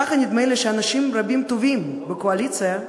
נדמה לי שאנשים רבים וטובים בקואליציה,